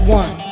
one